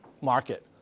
market